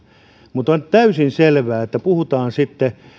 mutta on täysin selvää että puhutaan sitten